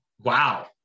Wow